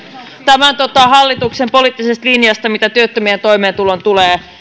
tämän hallituksen poliittisesta linjasta mitä työttömien toimeentuloon tulee